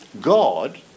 God